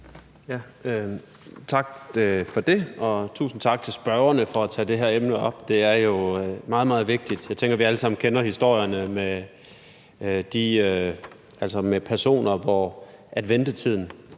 Tak for det, og tusind tak til forespørgerne for at tage det her emne op. Det er jo meget, meget vigtigt. Jeg tænker, vi alle sammen kender historierne med personer, hvor ventetiden